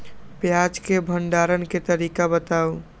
प्याज के भंडारण के तरीका बताऊ?